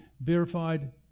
verified